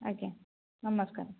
ଆଜ୍ଞା ନମସ୍କାର